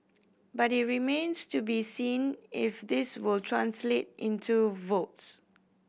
but it remains to be seen if this will translate into votes